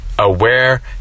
aware